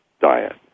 diet